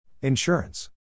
Insurance